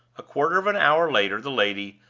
a quarter of an hour later the lady,